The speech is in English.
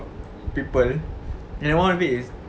people and one of it is